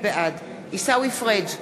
בעד עיסאווי פריג'